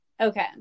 Okay